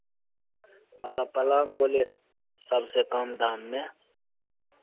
मतलब पलंग बोलिए सबसे कम दाम में